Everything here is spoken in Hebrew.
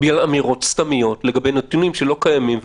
בגלל אמירות סתמיות לגבי נתונים שלא קיימים.